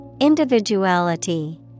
Individuality